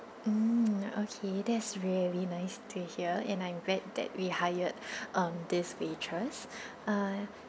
mm okay that is really nice to hear and I'm glad that we hired um this waitress uh